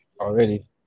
already